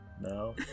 No